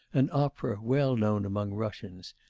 an opera, well-known among russians,